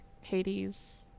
Hades